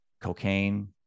cocaine